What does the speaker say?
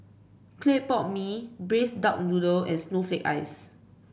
Clay Pot Mee Braised Duck Noodle and Snowflake Ice